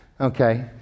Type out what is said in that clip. okay